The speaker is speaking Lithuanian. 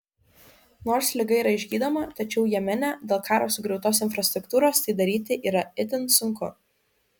nors liga yra išgydoma tačiau jemene dėl karo sugriautos infrastruktūros tai daryti yra itin sunku